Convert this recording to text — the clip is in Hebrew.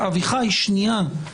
אביחי, שנייה.